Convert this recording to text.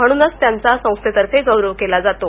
म्हणूनच त्यांचा संस्थेतर्फे गौरव केला जातो